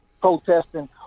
protesting